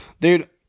Dude